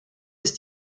ist